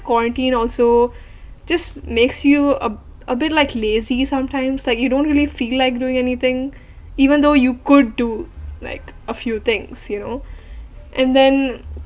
quarantine also just makes you a a bit like lazy sometimes like you don't really feel like doing anything even though you could do like a few things you know and then